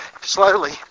slowly